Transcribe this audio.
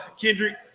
Kendrick